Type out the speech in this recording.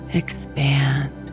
expand